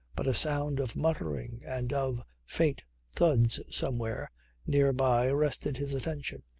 but a sound of muttering and of faint thuds somewhere near by arrested his attention.